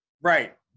Right